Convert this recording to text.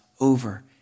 over